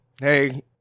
hey